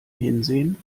hinsehen